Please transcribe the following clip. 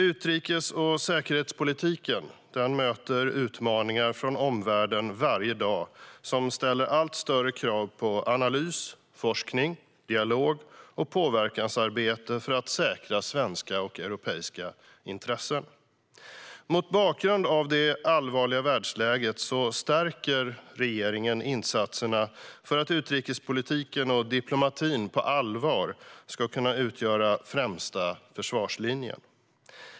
Utrikes och säkerhetspolitiken möter varje dag utmaningar från omvärlden som ställer allt större krav på analys, forskning, dialog och påverkansarbete för att säkra svenska och europeiska intressen. Mot bakgrund av det allvarliga världsläget stärker regeringen insatserna för att utrikespolitiken och diplomatin på allvar ska kunna utgöra den främsta försvarslinjen.